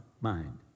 mind